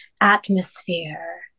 atmosphere